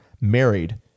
married